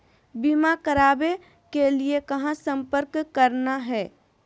बीमा करावे के लिए कहा संपर्क करना है?